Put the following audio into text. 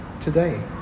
today